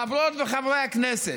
חברות וחברי הכנסת,